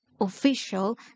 official